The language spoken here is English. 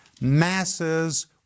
masses